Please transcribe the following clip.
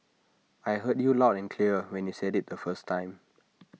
I heard you loud and clear when you said IT the first time